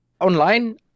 online